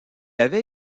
avait